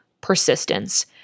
persistence